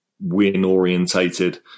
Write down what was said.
win-orientated